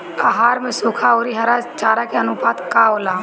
आहार में सुखा औरी हरा चारा के आनुपात का होला?